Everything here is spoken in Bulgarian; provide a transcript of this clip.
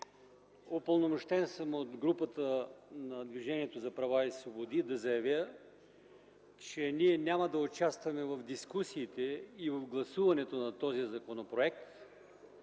Упълномощен съм от Групата на Движението за права и свободи да заявя, че ние няма да участваме в дискусиите и в гласуването на този законопроект.